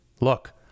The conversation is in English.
Look